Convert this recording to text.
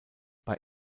bei